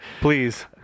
Please